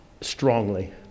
strongly